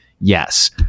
Yes